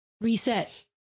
reset